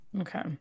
Okay